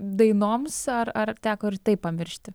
dainoms ar ar teko ir tai pamiršti